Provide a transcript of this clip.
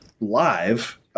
live